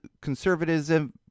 conservatism